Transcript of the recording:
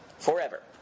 Forever